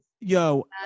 yo